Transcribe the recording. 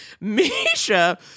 Misha